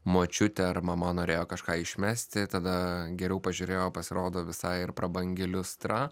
močiutė ar mama norėjo kažką išmesti tada geriau pažiūrėjo pasirodo visai ir prabangi liustra